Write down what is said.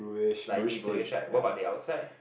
slightly blueish right what about the outside